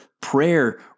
prayer